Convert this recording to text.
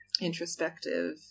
introspective